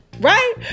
Right